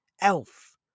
Elf